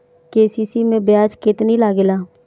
KCC मै ब्याज केतनि लागेला?